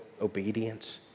obedience